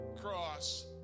cross